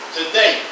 Today